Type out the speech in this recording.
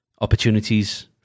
opportunities